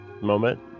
moment